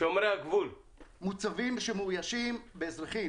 מוצרים שמאוישים באזרחים